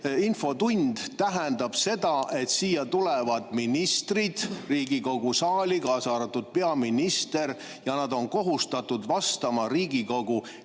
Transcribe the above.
infotund tähendab seda, et siia tulevad ministrid Riigikogu saali, kaasa arvatud peaminister, ja nad on kohustatud vastama Riigikogu